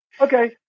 Okay